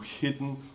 hidden